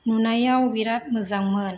नुनायाव बिराद मोजांमोन